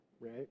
right